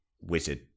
wizard